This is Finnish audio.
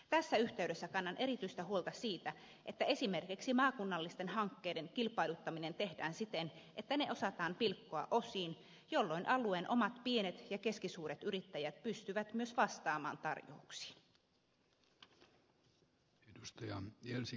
tässä yhteydessä kannan erityistä huolta siitä että esimerkiksi maakunnallisten hankkeiden kilpailuttaminen tehdään siten että ne osataan pilkkoa osiin jolloin alueen omat pienet ja keskisuuret yrittäjät pystyvät myös vastamaan tarjouksiin